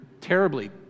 terribly